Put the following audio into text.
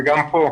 וגם כאן